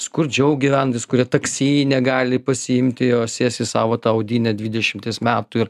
skurdžiau gyvenantys kurie taksi negali pasiimti jos sės į savo tą audinę dvidešimties metų ir